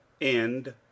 End